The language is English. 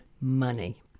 Money